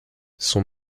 son